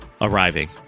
arriving